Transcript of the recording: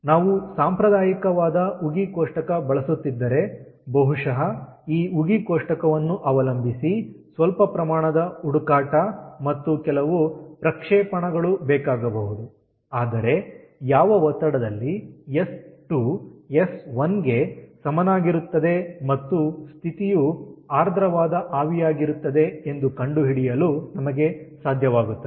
ನಾವು ಸಾಂಪ್ರದಾಯಿಕವಾದ ಉಗಿ ಕೋಷ್ಟಕ ಬಳಸುತ್ತಿದ್ದರೆ ಬಹುಶಃ ಈ ಉಗಿ ಕೋಷ್ಟಕವನ್ನು ಅವಲಂಬಿಸಿ ಸ್ವಲ್ಪ ಪ್ರಮಾಣದ ಹುಡುಕಾಟ ಮತ್ತು ಕೆಲವು ಪ್ರಕ್ಷೇಪಣಗಳು ಬೇಕಾಗಬಹುದು ಆದರೆ ಯಾವ ಒತ್ತಡದಲ್ಲಿ ಎಸ್2 ಎಸ್1 ಗೆ ಸಮನಾಗಿರುತ್ತದೆ ಮತ್ತು ಸ್ಥಿತಿಯು ಆರ್ದ್ರವಾದ ಆವಿಯಾಗಿರುತ್ತದೆ ಎಂದು ಕಂಡುಹಿಡಿಯಲು ನಮಗೆ ಸಾಧ್ಯವಾಗುತ್ತದೆ